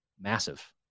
massive